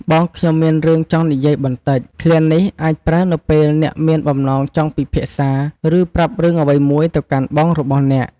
"បងខ្ញុំមានរឿងចង់និយាយបន្តិច!" ឃ្លានេះអាចប្រើនៅពេលអ្នកមានបំណងចង់ពិភាក្សា ឬប្រាប់រឿងអ្វីមួយទៅកាន់បងរបស់អ្នក។